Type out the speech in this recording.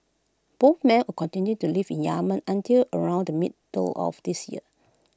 both men would continue to live in Yemen until around the middle of last year